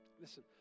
Listen